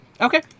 Okay